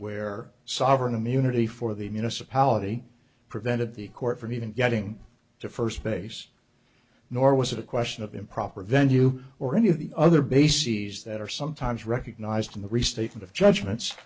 where sovereign immunity for the municipality prevented the court from even getting to first base nor was it a question of improper venue or any of the other bases that are sometimes recognized in the restatement of judgments